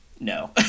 no